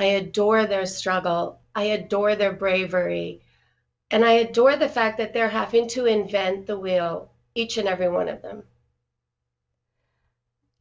i adore their struggle i adore their bravery and i tore the fact that they're having to invent the wheel each and every one of them